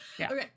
Okay